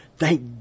Thank